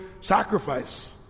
sacrifice